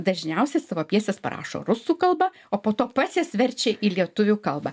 dažniausiai savo pjeses parašo rusų kalba o po to pats jas verčia į lietuvių kalbą